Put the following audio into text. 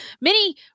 Minnie